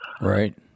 right